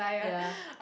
ya